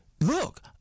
Look